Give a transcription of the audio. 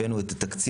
הבאנו את התקציב